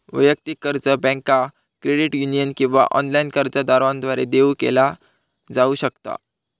वैयक्तिक कर्ज बँका, क्रेडिट युनियन किंवा ऑनलाइन कर्जदारांद्वारा देऊ केला जाऊ शकता